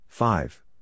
Five